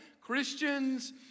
Christians